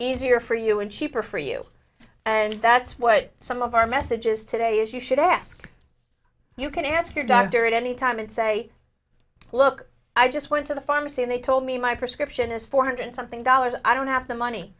easier for you and cheaper for you and that's what some of our message is today is you should ask you can ask your doctor at any time and say look i just went to the pharmacy and they told me my prescription is four hundred something dollars i don't have the money